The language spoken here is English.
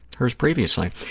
hers previously.